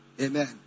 Amen